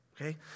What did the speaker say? Okay